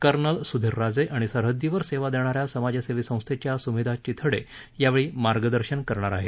colonel Sudhir Raje आणि सरहद्दीवर सेवा देणा या समाजसेवी संस्थेच्या सुमेधा चिथडे यावेळी मार्गदर्शन करणार आहेत